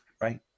Right